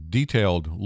detailed